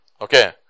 Okay